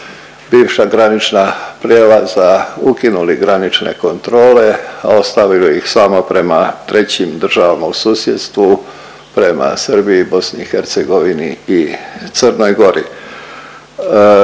bivša granična prijelaza ukinuli granične kontrole. Ostavili ih samo prema trećim državama u susjedstvu prema Srbiji, BiH i Crnoj Gori.